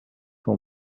for